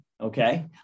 okay